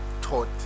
taught